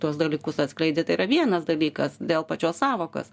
tuos dalykus atskleidė tai yra vienas dalykas dėl pačios sąvokos